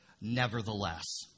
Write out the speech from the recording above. Nevertheless